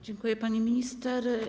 Dziękuję, pani minister.